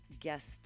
guest